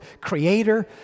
Creator